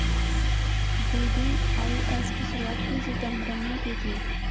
VDIS की शुरुआत P Chidambaram ने की थी